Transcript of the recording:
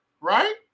right